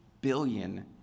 billion